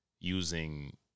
using